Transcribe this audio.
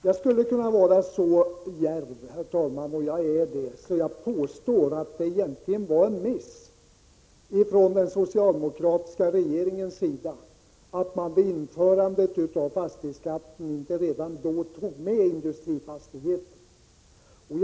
Jag skulle kunna vara så djärv — och jag är det — att jag påstår att det egentligen var en miss från den socialdemokratiska regeringens sida att man inte redan vid införandet av fastighetsskatten tog med industrifastigheterna.